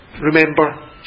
remember